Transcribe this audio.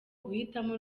guhitamo